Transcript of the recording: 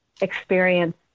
experience